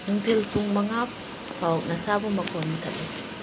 ꯅꯨꯡꯊꯤꯜ ꯄꯨꯡ ꯃꯉꯥꯐꯥꯎ ꯅꯁꯥꯕꯨ ꯃꯈꯣꯜ ꯃꯨꯊꯠꯂꯨ